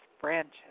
branches